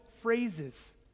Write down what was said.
phrases